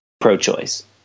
pro-choice